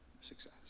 success